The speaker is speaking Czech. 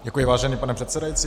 Děkuji, vážený pane předsedající.